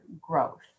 growth